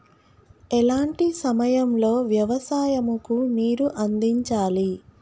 ఎలాంటి సమయం లో వ్యవసాయము కు నీరు అందించాలి?